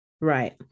right